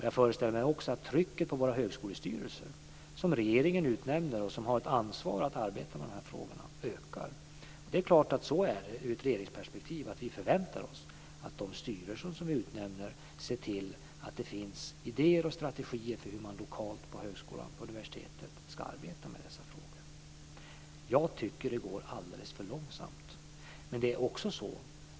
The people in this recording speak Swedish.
Jag föreställer mig också att trycket ökar på våra högskolestyrelser, som regeringen utnämner och som har ett ansvar att arbeta med de här frågorna. Det är klart att utredningsperspektivet är sådant att vi förväntar oss att de styrelser som vi utnämner ser till att det finns idéer och strategier för hur man ska arbeta med dessa frågor lokalt på högskolan och universitetet. Jag tycker att det går alldeles för långsamt.